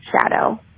shadow